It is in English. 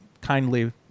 kindly